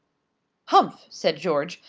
humph! said george.